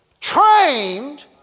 trained